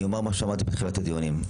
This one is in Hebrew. טטיאנה, אני אומר משהו שאמרתי בתחילת הדיונים.